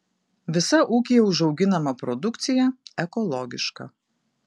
visa ūkyje užauginama produkcija ekologiška